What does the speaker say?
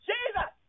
Jesus